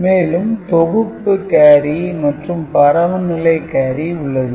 மேலும் தொகுப்பு கேரி மற்றும் பரவு நிலை கேரி உள்ளது